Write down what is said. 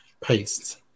Paste